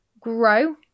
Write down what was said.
grow